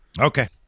Okay